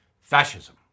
Fascism